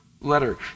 letter